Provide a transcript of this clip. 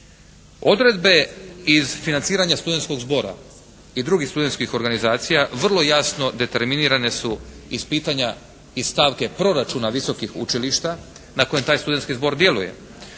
Odredbe iz financiranja studentskog zbora i drugih studentskih organizacija vrlo jasno determinirane su iz pitanja i stavke proračuna visokih učilišta na kojem taj studentski zbor djeluje.